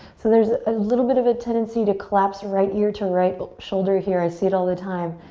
so there's a little bit of a tendency to collapse right ear to right but shoulder here. i see it all the time.